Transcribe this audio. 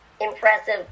impressive